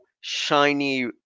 shiny